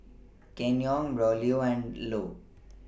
Kenyon Braulio and Ilo